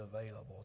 available